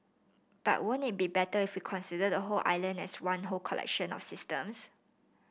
but won't it be better if we consider the whole island as one whole collection of systems